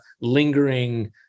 lingering